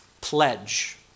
pledge